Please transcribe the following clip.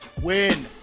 win